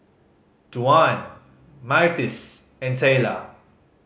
Duane Myrtis and Tayla